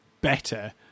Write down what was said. better